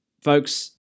folks